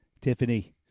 Tiffany